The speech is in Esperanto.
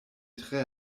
tre